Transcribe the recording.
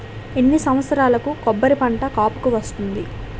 ఎన్ని సంవత్సరాలకు కొబ్బరి పంట కాపుకి వస్తుంది?